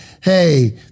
Hey